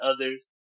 others